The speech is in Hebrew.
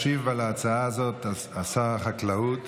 ישיב על ההצעה הזאת שר החקלאות